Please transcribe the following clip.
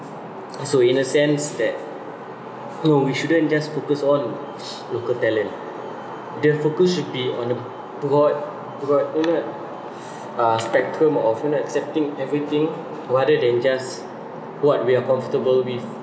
so in a sense that no we shouldn't just focus on local talent the focus should be on the broad broad you know uh spectrum of not accepting everything rather than just what we are comfortable with